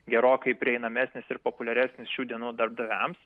gerokai prieinamesnis ir populiaresnis šių dienų darbdaviams